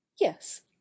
Yes